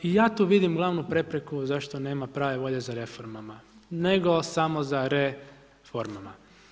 I ja tu vidim glavnu prepreku zašto nema prave volje za reformama, nego samo za RE-formama.